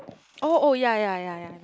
oh oh ya ya ya ya